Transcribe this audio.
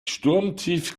sturmtief